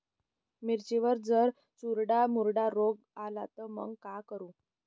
मिर्चीवर जर चुर्डा मुर्डा रोग आला त मंग का करू?